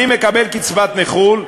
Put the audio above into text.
אני מקבל קצבת נכות,